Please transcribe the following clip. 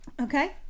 Okay